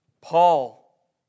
Paul